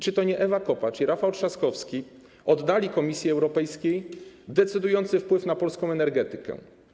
Czy to nie Ewa Kopacz i Rafał Trzaskowski oddali Komisji Europejskiej decydujący wpływ na polską energetykę?